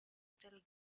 still